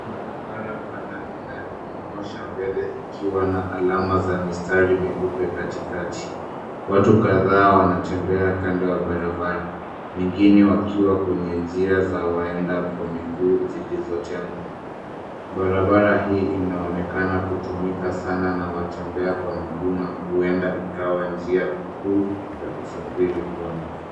Barabara pana inawasha mbele ikiwa na alama meupe katikati na watu kadhaa wanatembea kando ya barabara wengine wakiwa kwenye njia za waenda miguu zilizojengwa. Barabara hii inaonekana kutumika sana na watembea kwa miguu na huenda ikawa njia kuu ya usafiri kwao.